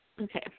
Okay